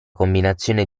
combinazione